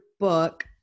Book